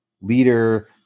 leader